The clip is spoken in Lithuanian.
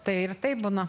tai ir taip būna